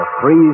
Free